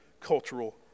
cultural